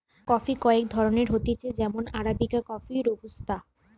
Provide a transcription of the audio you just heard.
coffee কয়েক ধরণের হতিছে যেমন আরাবিকা কফি, রোবুস্তা